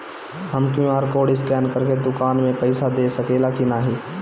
हम QR code scan करके दुकान में पईसा दे सकेला की नाहीं?